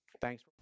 Thanks